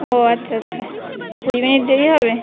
ও আচ্ছা আচ্ছা কুড়ি মিনিট দেরি হবে